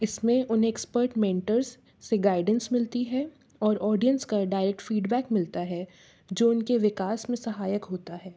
इस में उन्हें एक्सपर्ट मेंटर्स से गाइडेंस मिलती है और ऑडियंस का डायरेक्ट फीडबैक मिलता है जो उनके विकास में सहायक होता है